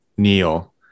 Neil